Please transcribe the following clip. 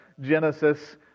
Genesis